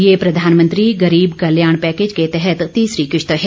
यह प्रधानमंत्री गरीब कल्याण पैकेज के तहत तीसरी किस्त है